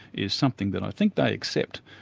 is something that i think they accept.